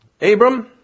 Abram